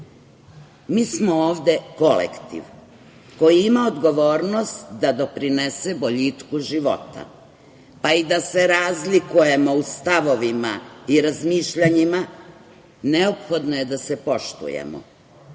smo ovde kolektiv koji ima odgovornost da doprinese boljitku života. Pa i da se razlikujemo u stavovima i razmišljanjima, neophodno je da se poštujemo.